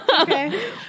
okay